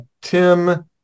Tim